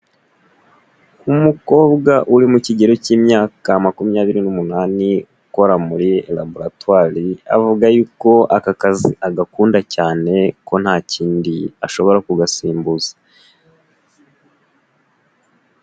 Umukobwa uri mu kigero cy'imyaka makumyabiri, n'umunani, ukora muri laboratwari, avuga yuko aka agakunda cyane ko nta kindi ashobora kugasimbuza.